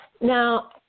Now